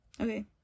Okay